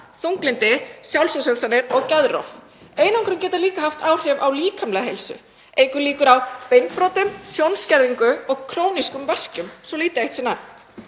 þunglyndi, sjálfsvígshugsanir og geðrof. Einangrun getur líka haft áhrif á líkamlega heilsu, eykur líkur á beinbrotum, sjónskerðingu og krónískum verkjum, svo fátt eitt sé